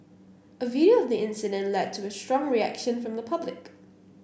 a video of the incident led to a strong reaction from the public